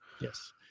Yes